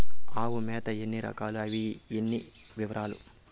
ఆవుల మేత ఎన్ని రకాలు? అవి ఏవి? వివరాలు?